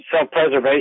self-preservation